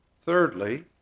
Thirdly